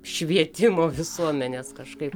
švietimo visuomenės kažkaip